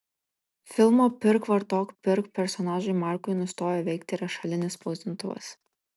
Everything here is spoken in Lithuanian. filmo pirk vartok pirk personažui markui nustojo veikti rašalinis spausdintuvas